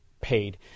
paid